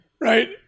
right